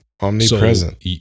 Omnipresent